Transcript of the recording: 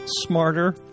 smarter